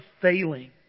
failing